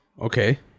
Okay